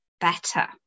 better